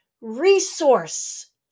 resource